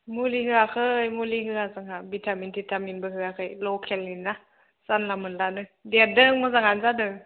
मुलि होआखै मुलि होआ जोंहा भिटामिन थिथामिनबो होआखै लकेलनिना जानला मानलानो देरदों मोजाङानो जादों